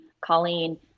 colleen